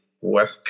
West